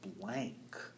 blank